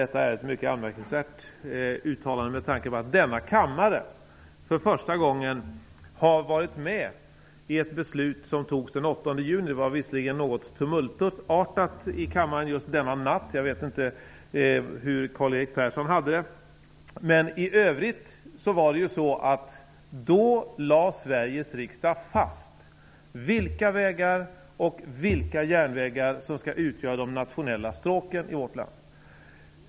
Detta är ett mycket anmärkningsvärt uttalande med tanke på det beslut som denna kammare fattade den 8 juni och som var det första i sitt slag. Det var visserligen något tumultartat i kammaren just den natten. Jag vet inte hur Karl Erik Persson hade det. Vid nämnda tillfälle lade Sveriges riksdag fast vilka vägar och järnvägar som skall utgöra de nationella stråken i vårt land.